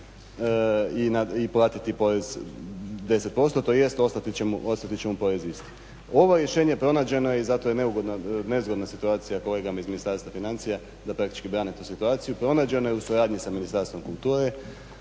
i platiti porez 10% tj. ostat će mu porez isti. Ovo rješenje je pronađeno i zato je nezgodna situacija kolegama iz Ministarstva financija da praktički brane tu situaciju, pronađena je u suradnji sa Ministarstvom kulture.